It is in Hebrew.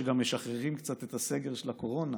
כשגם משחררים קצת את הסגר של הקורונה,